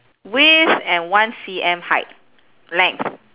width and one C_M height length